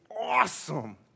awesome